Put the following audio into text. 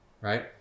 Right